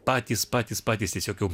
patys patys patys tiesiog jau